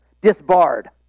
disbarred